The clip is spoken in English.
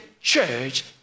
church